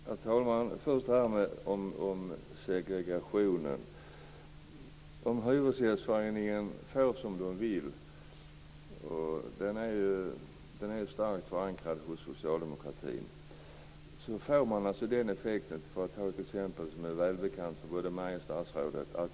Herr talman! Först till frågan om segregationen. Om Hyresgästföreningen får som den vill, och den är ju starkt förankrad hos Socialdemokraterna, får man den effekt som är välbekant både för mig och för statsrådet.